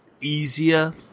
easier